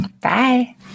Bye